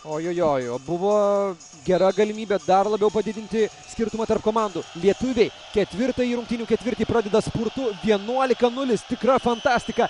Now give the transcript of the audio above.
ojojoj o buvo gera galimybė dar labiau padidinti skirtumą tarp komandų lietuviai ketvirtąjį rungtynių ketvirtį pradeda spurtu vienuolika nulis tikra fantastika